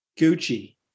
Gucci